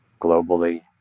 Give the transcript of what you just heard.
globally